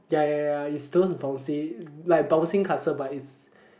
ya ya ya is those bouncy like bouncing castle but is